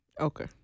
Okay